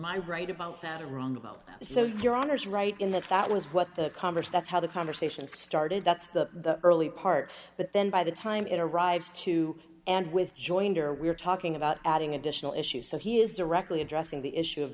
i right about that or wrong about that so your honour's right in that that was what the congress that's how the conversation started that's the early part but then by the time it arrives to and with joinder we're talking about adding additional issues so he is directly addressing the issue of